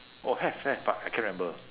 oh have have but I cannot remember